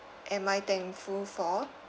am I thankful for